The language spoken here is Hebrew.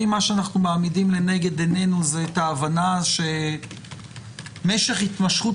אם מה שאנחנו מעמידים לנגד עיננו זה את ההבנה שמשך התמשכות